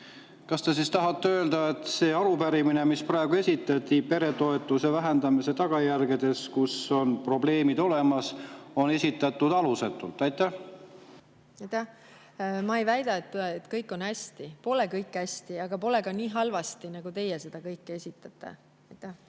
kas te siis tahate öelda, et see arupärimine, mis esitati, arupärimine peretoetuste vähendamise tagajärgede kohta – seal on probleemid olemas –, on esitatud alusetult? Aitäh! Ma ei väida, et kõik on hästi. Ei ole kõik hästi, aga ei ole ka nii halvasti, nagu teie seda kõike esitate. Aitäh!